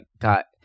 got